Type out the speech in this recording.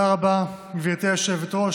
גברתי היושבת-ראש.